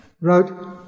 wrote